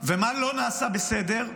ומה לא נעשה בסדר,